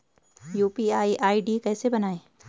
UPI ID कैसे बनायें?